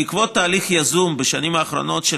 בעקבות תהליך יזום בשנים האחרונות של